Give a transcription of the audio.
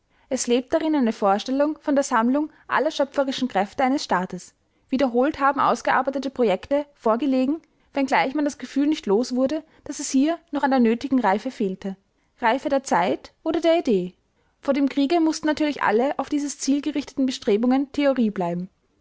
es lebt darin eine vorstellung von der sammlung aller schöpferischen kräfte eines staates wiederholt haben ausgearbeitete projekte vorgelegen wenngleich man das gefühl nicht los wurde daß es hier noch an der nötigen reife fehlte reife der zeit oder der idee vor dem kriege mußten natürlich alle auf dieses ziel gerichteten bestrebungen theorie bleiben